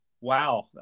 Wow